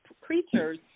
creatures